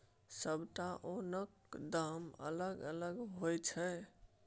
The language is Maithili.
सबटा ओनक दाम अलग अलग होइ छै